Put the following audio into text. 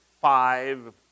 five